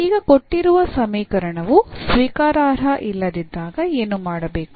ಈಗ ಕೊಟ್ಟಿರುವ ಸಮೀಕರಣವು ಸ್ವೀಕಾರಾರ್ಹ ಇಲ್ಲದಿದ್ದಾಗ ಏನು ಮಾಡಬೇಕು